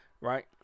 right